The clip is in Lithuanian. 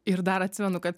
ir dar atsimenu kad